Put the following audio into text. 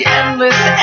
endless